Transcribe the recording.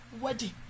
wedding